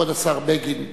כבוד השר בגין,